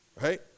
right